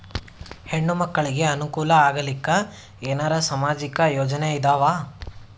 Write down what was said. ಹೆಣ್ಣು ಮಕ್ಕಳಿಗೆ ಅನುಕೂಲ ಆಗಲಿಕ್ಕ ಏನರ ಸಾಮಾಜಿಕ ಯೋಜನೆ ಇದಾವ?